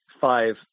five